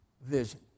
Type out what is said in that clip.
vision